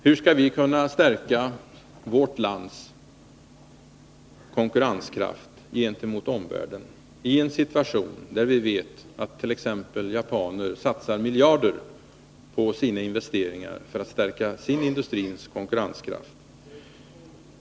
Hur skall vi kunna stärka vårt lands konkurrenskraft gentemot omvärlden i en situation där vi vet att t.ex. Japan satsar miljarder på sina investeringar för att stärka sin industris konkurrenskraft?